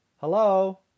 Hello